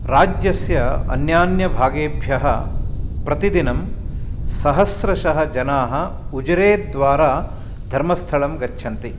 राज्यस्य अन्यान्यभागेभ्यः प्रतिदिनम् सहस्रशः जनाः उजिरेद्वारा धर्मस्थलं गच्छन्ति